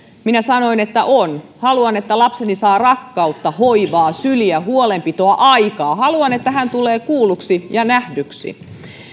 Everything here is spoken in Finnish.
minä sanoin että on haluan että lapseni saa rakkautta hoivaa syliä huolenpitoa aikaa haluan että hän tulee kuulluksi ja nähdyksi